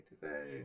today